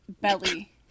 Belly